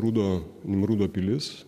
rudo nimrudo pilis